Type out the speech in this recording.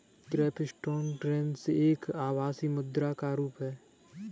cryptocurrency एक आभासी मुद्रा का रुप है